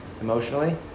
Emotionally